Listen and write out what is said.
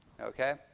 Okay